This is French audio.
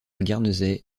guernesey